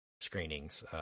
screenings